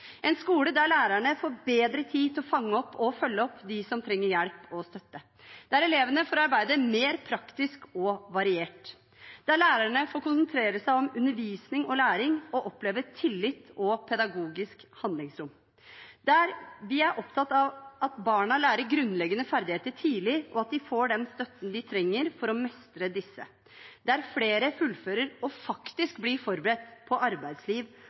en skole der lærerne får bedre tid til å fange opp og følge opp dem som trenger hjelp og støtte, der elevene får arbeide mer praktisk og variert, der lærerne får konsentrere seg om undervisning og læring og oppleve tillit og pedagogisk handlingsrom, der vi er opptatt av at barna lærer grunnleggende ferdigheter tidlig, og at de får den støtten de trenger for å mestre disse, der flere fullfører og faktisk blir forberedt på arbeidsliv